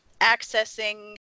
accessing